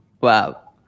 Wow